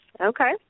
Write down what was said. Okay